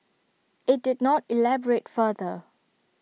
IT did not elaborate further